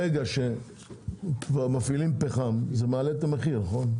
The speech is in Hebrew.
ברגע שמפעילים פחם, זה מעלה את המחיר, נכון?